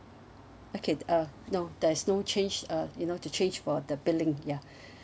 okay uh no there's no change uh you know to change for the billing ya